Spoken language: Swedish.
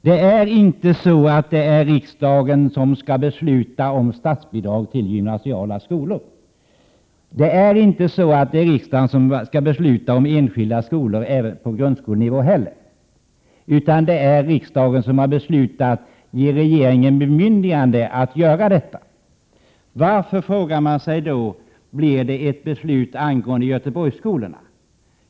Det är inte riksdagen som skall besluta om statsbidrag till gymnasiala skolor. Det är inte heller riksdagen som skall besluta om statsbidrag till enskilda skolor på grundskolenivå. Riksdagen har beslutat att ge regeringen bemyndigande att göra detta. Varför, frågar man sig, fattar då riksdagen beslut om Göteborgsskolorna?